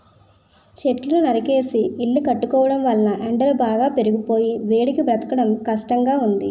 చెట్లను నరికేసి ఇల్లు కట్టుకోవడం వలన ఎండలు బాగా పెరిగిపోయి వేడికి బ్రతకడం కష్టంగా ఉంది